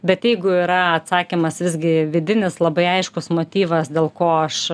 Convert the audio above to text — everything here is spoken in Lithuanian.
bet jeigu yra atsakymas visgi vidinis labai aiškus motyvas dėl ko aš